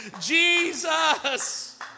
Jesus